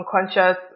unconscious